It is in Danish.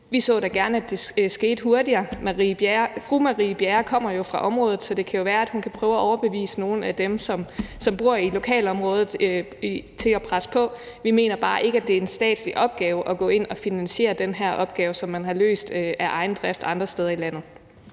Vi så da gerne, at det skete hurtigere. Fru Marie Bjerre kommer fra området, så det kan jo være, at hun kan prøve at overbevise nogle af dem, som bor i lokalområdet, til at presse på. Vi mener bare ikke, at det er en statslig opgave at gå ind at finansiere den her opgave, som man har løst af egen drift andre steder i landet.